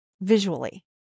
visually